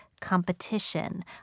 competition